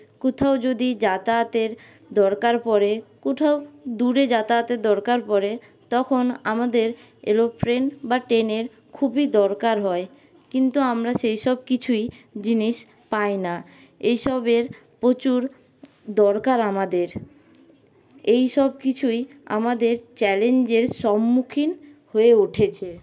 কোথাও যদি যাতায়াতের দরকার পড়ে কোথাও দূরে যাতায়াতের দরকার পড়ে তখন আমাদের এরোপ্লেন বা ট্রেনের খুবই দরকার হয় কিন্তু আমরা সেইসব কিছুই জিনিস পাই না এইসবের প্রচুর দরকার আমাদের এই সবকিছুই আমাদের চ্যালেঞ্জের সম্মুখীন হয়ে উঠেছে